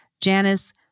Janice